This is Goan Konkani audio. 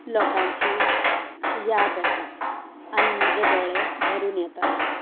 लोकांची याद येता आनी म्हजे दोळे भरून येता